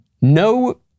No